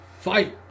Fight